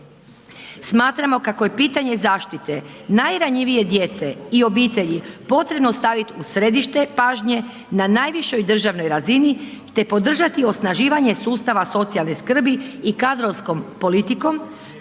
Smatramo kako je pitanje zaštite najranjivije djece i obitelji, potrebno staviti u središte pažnje na najvišoj državnoj razini te podržati osnaživanje sustava socijalne skrbi i kadrovskom politikom,